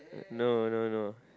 no no no